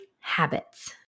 habits